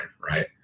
right